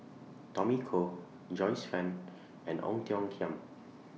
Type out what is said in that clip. Tommy Koh Joyce fan and Ong Tiong Khiam